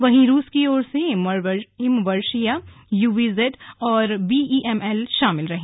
वहीं रूस की ओर से इमवर्शिया यूवी जेड और बीइएमएल शामिल रहीं